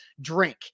drink